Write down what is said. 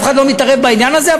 אף אחד לא מתערב בעניין הזה.